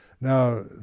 Now